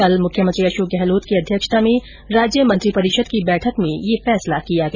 कल मुख्यमंत्री अशोक गहलोत की अध्यक्षता में राज्य मंत्रीपरिषद की बैठक में यह फैसला किया गया